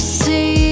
see